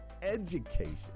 education